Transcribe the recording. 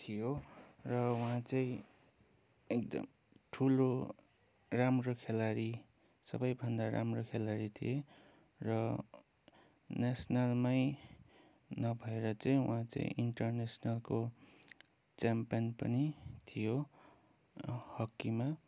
थियो र उहाँ चाहिँ एकदम ठुलो राम्रो खेलाडी सबैभन्दा राम्रो खेलाडी थिए र नेसनलमै नभएर चाहिँ उहाँ चाहिँ इन्टरनेसनलको च्याम्पियन पनि थियो हकीमा